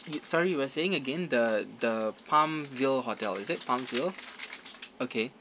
you sorry you were saying again the the palm ville hotel is it palm ville okay